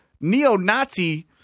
Neo-Nazi